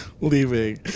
leaving